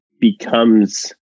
becomes